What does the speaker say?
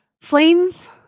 Flames